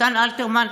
נתן אלתרמן,